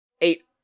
eight